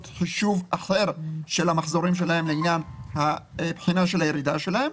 חישוב אחר של המחזורים שלהן לעניין בחינת הירידה שלהן.